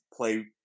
play